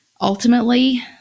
ultimately